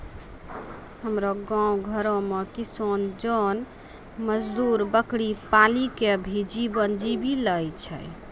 हमरो गांव घरो मॅ किसान जोन मजदुर बकरी पाली कॅ भी जीवन जीवी लॅ छय